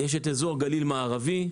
יש את אזור הגליל המערבי,